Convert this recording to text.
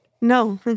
No